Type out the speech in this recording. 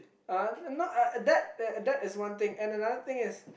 uh not uh uh uh that that is one thing and another thing is